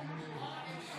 קובע שהצעת החוק התקבלה בקריאה